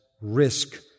risk